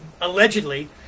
allegedly